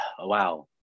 wow